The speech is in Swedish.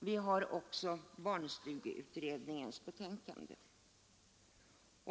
Vi har också barnstugeutredningens betänkande.